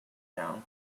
down